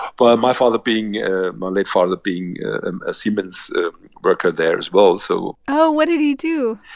but my father being ah my late father being a siemens worker there as well so. oh, what did he do?